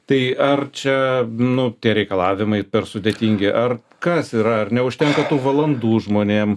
tai ar čia nu tie reikalavimai per sudėtingi ar kas yra ar neužtenka tų valandų žmonėm